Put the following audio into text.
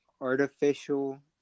artificial